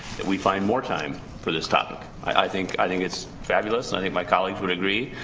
that we find more time for this topic. i think i think it's fabulous. and i think my colleagues would agree.